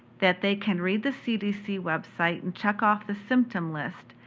that they can read the cdc website and check off the symptom list,